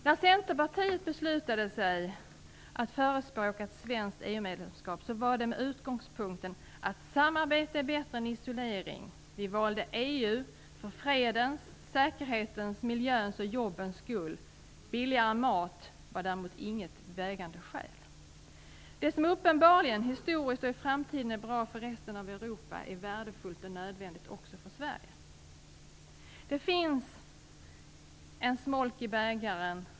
När Centerpartiet beslutade att förespråka ett svenskt EU-medlemskap var det med utgångspunkten att samarbete är bättre än isolering. Vi valde EU för fredens, säkerhetens, miljöns och jobbens skull - billigare mat var däremot inget vägande skäl. Det som uppenbarligen - historiskt och i framtiden - är bra för resten av Europa är värdefullt och nödvändigt också för Sverige. Det finns dock ett smolk i bägaren.